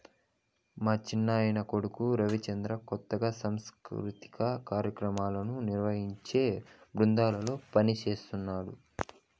మా చిన్నాయన కొడుకు రవిచంద్ర కొత్తగా సాంస్కృతిక కార్యాక్రమాలను నిర్వహించే బృందంలో పనిజేస్తన్నడు